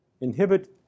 inhibit